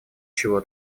чего